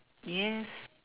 yes